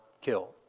kill